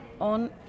on